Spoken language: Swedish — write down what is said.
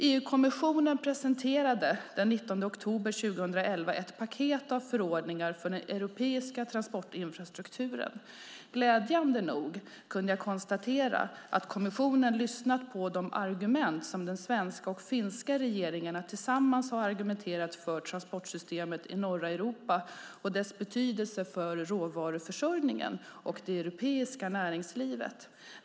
EU-kommissionen presenterade den 19 oktober 2011 ett paket av förordningar för den europeiska transportinfrastrukturen. Glädjande nog kunde jag konstatera att kommissionen har lyssnat på de argument som de svenska och finska regeringarna tillsammans har framfört om transportsystemet i norra Europa och dess betydelse för råvaruförsörjningen och det europeiska näringslivet.